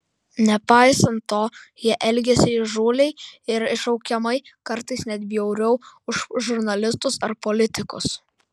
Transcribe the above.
nepaisant to jie elgėsi įžūliai ir iššaukiamai kartais net bjauriau už žurnalistus ar politikus